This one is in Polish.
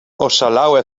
oszalałe